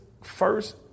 first